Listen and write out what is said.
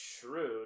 shrewd